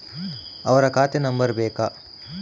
ಅವರ ಖಾತೆ ನಂಬರ್ ಬೇಕಾ?